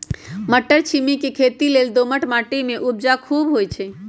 मट्टरछिमि के खेती लेल दोमट माटी में उपजा खुब होइ छइ